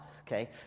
okay